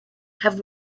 have